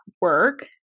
work